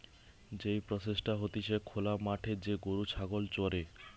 যেই প্রসেসটা হতিছে খোলা মাঠে যে গরু ছাগল চরে